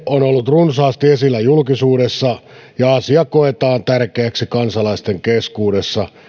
runsaasti esillä julkisuudessa ja asia koetaan tärkeäksi kansalaisten keskuudessa